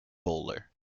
bowler